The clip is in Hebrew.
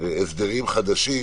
חדשים,